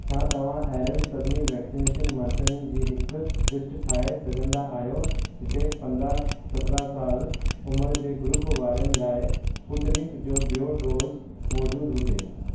छा तव्हां अहिड़नि सभिनी वैक्सनेशन मर्कज़नि जी हिकु लिस्ट ठाहे सघंदा आहियो जिते पंद्रहं सत्रहं साल उमिरि जे ग्रुप वारनि लाइ स्पूतनिक जो बि॒यों डोज़ मौजूदु हुजे